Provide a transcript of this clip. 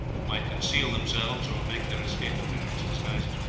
might conceal themselves or make their escape in various disguises.